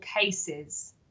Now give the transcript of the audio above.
cases